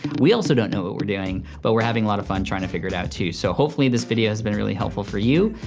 we also don't know what we're doing, but we're having a lot of fun trying to figure it out, too. so hopefully this video has been really helpful for you.